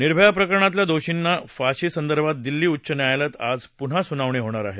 निर्भया प्रकरणातल्या दोषींच्या फाशी संदर्भात दिल्ली उच्च न्यायालयात आज पुन्हा सुनावणी होणार आहे